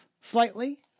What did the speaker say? slightly